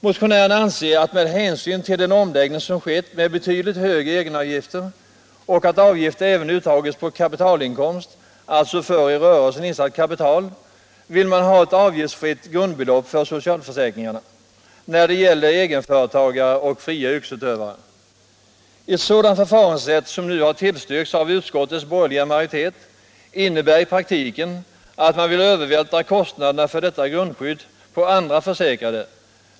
Motionärerna anser att ”med hänsyn till den omläggning som skett, med betydligt högre egenavgifter”, och ”att avgift även uttages på kapitalinkomst”, alltså för i rörelsen insatt kapital, vill man ha ett avgiftsfritt grundbelopp för socialförsäkringarna när det gäller egenföretagare och fria yrkesutövare. Ett sådant förfaringssätt som nu har tillstyrkts av utskottets borgerliga majoritet innebär i praktiken att man övervältrar kostnaderna för detta grundskydd på andra försäkrade.